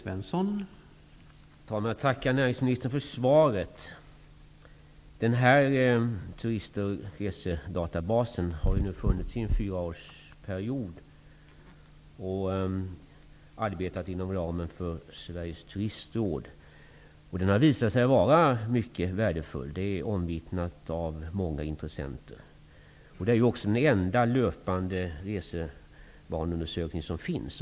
Herr talman! Denna turism och resedatabas har funnits i fyra år, och man har arbetat inom ramen för Sveriges turistråd. Den har visat sig vara mycket värdefull. Det är omvittnat av många intressenter. Det är också den enda löpande resevaneundersökning som finns.